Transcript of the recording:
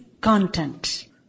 content